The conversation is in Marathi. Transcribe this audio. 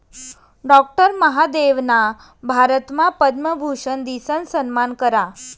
डाक्टर महादेवना भारतमा पद्मभूषन दिसन सम्मान करा